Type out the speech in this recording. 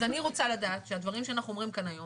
אז אני רוצה לדעת שהדברים שאנחנו אומרים כאן היום